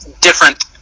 different